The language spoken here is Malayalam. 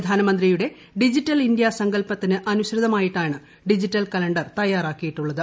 പ്രധാനമന്ത്രിയുടെ ഡിജിറ്റൽ ഇന്ത്യ സങ്കല്പത്തിന് അനുസൃതമായിട്ടാണ് ഡിജിറ്റൽ കലണ്ടർ ്തിയ്യാറാക്കിയിട്ടുള്ളത്